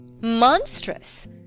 Monstrous